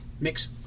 mix